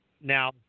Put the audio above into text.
Now